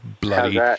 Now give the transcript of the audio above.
bloody